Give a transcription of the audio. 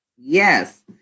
Yes